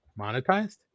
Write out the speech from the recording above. monetized